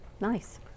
Nice